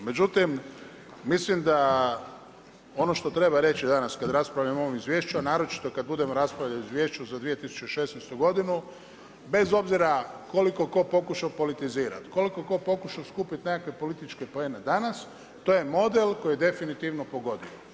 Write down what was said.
Međutim, mislim da ono što treba reći kad raspravljamo o ovom izvješću, a naročito kad budemo raspravljali o izvješću za 2016. godinu bez obzira, koliko tko pokušao politizirati, koliko tko pokušao skupiti nekakve političke poene danas, to je model koji je definitivno pogodio.